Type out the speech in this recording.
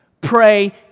Pray